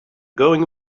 going